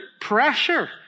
pressure